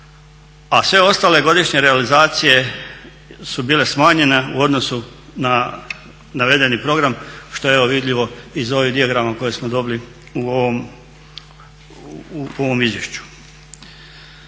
a sve ostale godišnje realizacije su bile smanjene u odnosu na navedeni program što je evo vidljivo iz ovih dijagrama koje smo dobili u ovom izvješću.